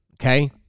okay